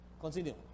Continue